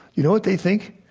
you know what they think?